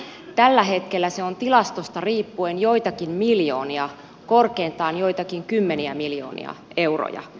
tällä hetkellä se on tilastosta riippuen joitakin miljoonia korkeintaan joitakin kymmeniä miljoonia euroja